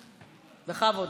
בכבוד.